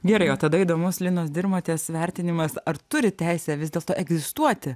gerai o tada įdomus linos dirmotės vertinimas ar turi teisę vis dėlto egzistuoti